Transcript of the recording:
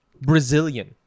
Brazilian